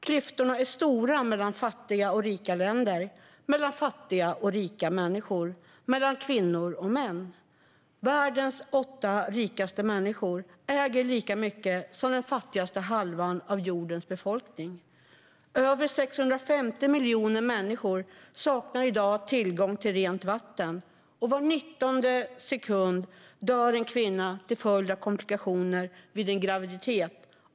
Klyftorna är stora mellan fattiga och rika länder, mellan fattiga och rika människor och mellan kvinnor och män. Världens åtta rikaste människor äger lika mycket som den fattigaste halvan av jordens befolkning. Över 650 miljoner människor saknar i dag tillgång till rent vatten. Var 19:e sekund dör en kvinna till följd av komplikationer vid en graviditet.